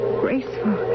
graceful